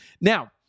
Now